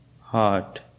heart